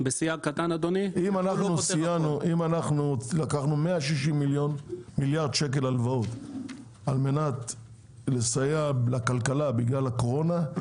אם לקחנו 160 מיליארד שקל הלוואות על מנת לסייע לכלכלה בגלל הקורונה,